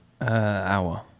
Hour